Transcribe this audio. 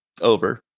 over